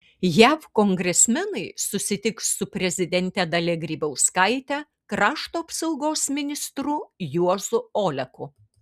jav kongresmenai susitiks su prezidente dalia grybauskaite krašto apsaugos ministru juozu oleku